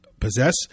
Possess